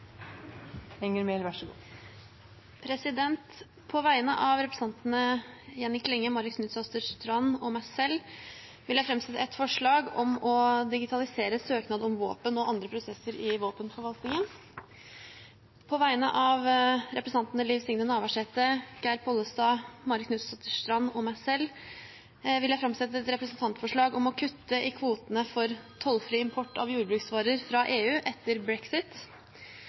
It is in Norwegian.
På vegne av representantene Jenny Klinge, Marit Knutsdatter Strand og meg selv vil jeg framsette et representantforslag om å digitalisere søknad om våpen og andre prosesser i våpenforvaltningen. På vegne av representantene Liv Signe Navarsete, Geir Pollestad, Marit Knutsdatter Strand og meg selv vil jeg framsette et representantforslag om å kutte i kvotene for tollfri import av jordbruksvarer fra EU etter brexit.